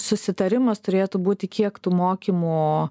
susitarimas turėtų būti kiek tų mokymų